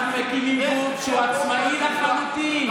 אנחנו מקימים גוף שהוא עצמאי לחלוטין.